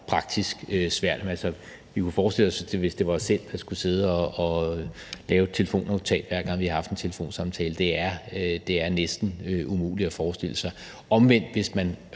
praktisk meget svært. Vi kunne forestille os, hvis det var os selv, der skulle sidde og lave et telefonnotat, hver gang vi havde haft en telefonsamtale. Det er næsten umuligt at forestille sig. Omvendt er det, hvis man